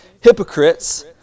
hypocrites